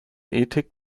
ethik